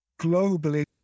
globally